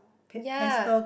ya